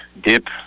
dip